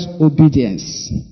obedience